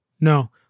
No